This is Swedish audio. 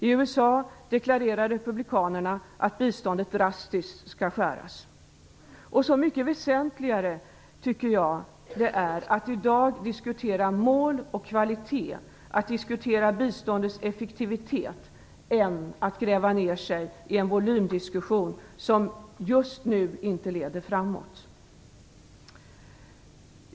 I USA deklarerade republikanerna att biståndet drastiskt skall skäras ned. Så mycket väsentligare tycker jag därför att det är att vi i dag diskuterar mål och kvalitet samt biståndets effektivitet i stället för att vi gräver ner oss i en volymdiskussion som just nu inte leder framåt.